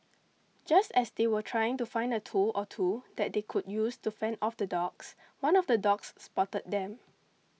just as they were trying to find a tool or two that they could use to fend off the dogs one of the dogs spotted them